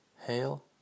Hail